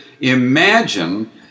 imagine